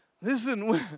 Listen